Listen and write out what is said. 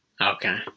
okay